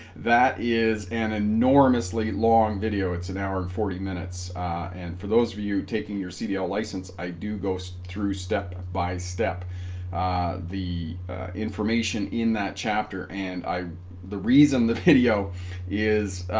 that is an enormous lea long video it's an hour and forty minutes and for those of you taking your cdl license i do go so through step by step the information in that chapter and i the reason the video is